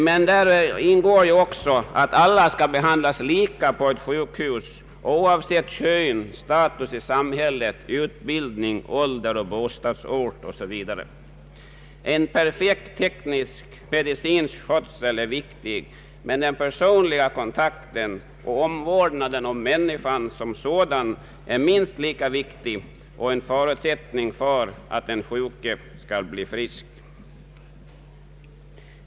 Där ingår emellertid också idén att alla skall behandlas lika på ett sjukhus, oavsett kön, status i samhället, utbildning, ålder, bostadsort osv. En perfekt teknisk medicinsk skötsel är viktig, men den personliga kontakten och omvårdnaden om människan som sådan är minst lika viktig och en förutsättning för att den sjuke skall bli frisk.